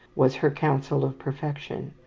was her counsel of perfection.